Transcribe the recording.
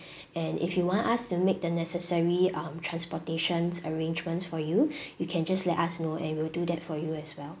and if you want us to make the necessary um transportation's arrangements for you you can just let us know and we'll do that for you as well